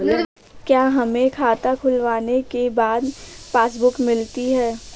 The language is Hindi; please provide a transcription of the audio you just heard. क्या हमें खाता खुलवाने के बाद पासबुक मिलती है?